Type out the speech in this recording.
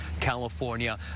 California